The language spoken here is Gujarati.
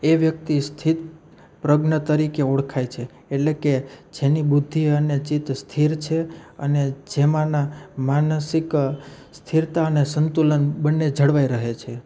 એ વ્યક્તિ સ્થિતપ્રજ્ઞ તરીકે ઓળખાય છે એટલે કે જેની બુદ્ધિ અને ચિત્ત સ્થિર છે અને જેમાંના માનસિક સ્થિરતા અને સંતુલન બંને જળવાઈ રહે છે